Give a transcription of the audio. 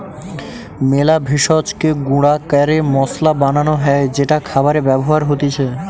মেলা ভেষজকে গুঁড়া ক্যরে মসলা বানান হ্যয় যেটা খাবারে ব্যবহার হতিছে